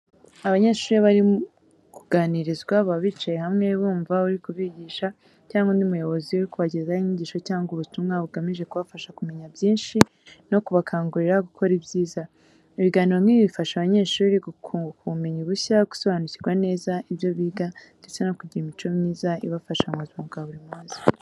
Abanyeshuri iyo bari kuganirizwa baba bicaye hamwe, bumva uri kubigisha cyangwa undi muyobozi uri kubagezaho inyigisho cyangwa ubutumwa bugamije kubafasha kumenya byinshi no kubakangurira gukora ibyiza. Ibiganiro nk'ibi bifasha abanyeshuri kunguka ubumenyi bushya, gusobanukirwa neza ibyo biga, ndetse no kugira imico myiza ibafasha mu buzima bwa buri munsi.